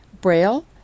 Braille